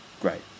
Great